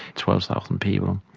twelve thousand people,